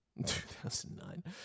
2009